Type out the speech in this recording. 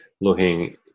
looking